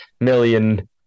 million